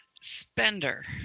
Spender